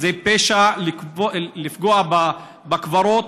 זה פשע לפגוע בקברים,